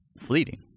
Fleeting